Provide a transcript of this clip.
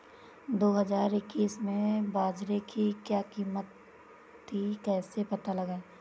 दो हज़ार इक्कीस में बाजरे की क्या कीमत थी कैसे पता लगाएँ?